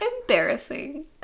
embarrassing